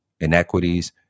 inequities